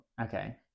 Okay